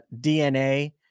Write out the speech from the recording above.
DNA